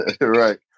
Right